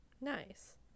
nice